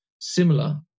similar